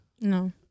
No